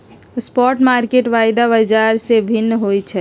spot market वायदा बाजार से भिन्न होइ छइ